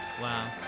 Wow